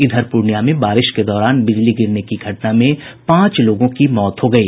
इधर पूर्णियां में बारिश के दौरान बिजली गिरने की घटना में पांच लोगों की मौत हो गयी